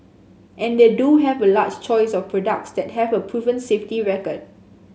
and they do have a large choice of products that have a proven safety record